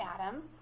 Adam